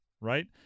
right